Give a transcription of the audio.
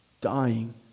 dying